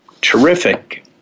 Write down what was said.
terrific